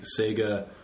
Sega